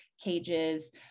cages